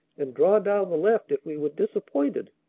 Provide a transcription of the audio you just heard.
and draw down the left if we were disappointed.